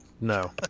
No